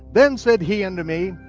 then said he unto me,